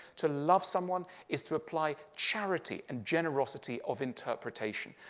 to love someone is to apply charity and generosity of interpretation.